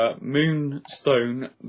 Moonstone